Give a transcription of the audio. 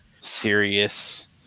serious